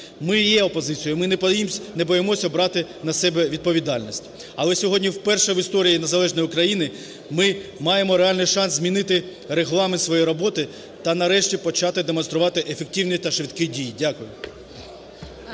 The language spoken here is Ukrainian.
Ми є опозицією, ми не боїмося брати на себе відповідальність. Але сьогодні вперше в історії незалежної України ми маємо реально шанс змінити Регламент своєї роботи та нарешті почати демонструвати ефективні та швидкі дії. Дякую.